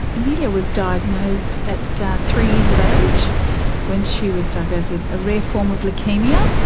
emilia was diagnosed at three years of age when she was diagnosed with a rare form of leukaemia,